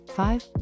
five